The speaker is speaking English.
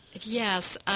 yes